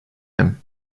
him